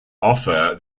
offer